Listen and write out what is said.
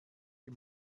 die